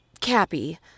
Cappy